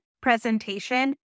presentation